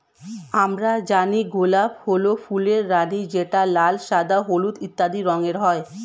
আমরা জানি গোলাপ হল ফুলের রানী যেটা লাল, সাদা, হলুদ ইত্যাদি রঙের হয়